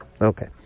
Okay